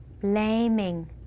Blaming